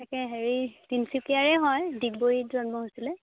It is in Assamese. তাকে হেৰি তিনিচুকীয়াৰে হয় ডিগবৈত জন্ম হৈছিলে